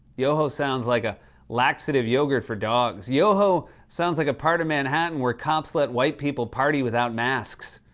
yoho sounds like a laxative yogurt for dogs. yoho sounds like a part of manhattan where cops let white people party without masks.